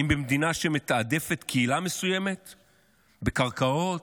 האם במדינה שמתעדפת קהילה מסוימת בקרקעות,